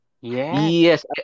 Yes